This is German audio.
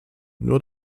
nur